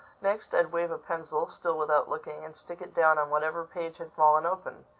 next, i'd wave a pencil, still without looking, and stick it down on whatever page had fallen open.